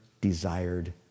desired